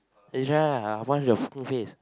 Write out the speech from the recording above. then try ah the fucking face